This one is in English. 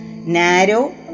Narrow